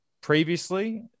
previously